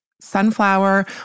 sunflower